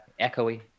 echoey